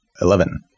Eleven